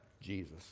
Jesus